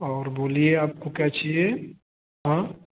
और बोलिए आपको क्या चाहिए हाँ